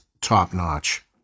top-notch